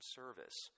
service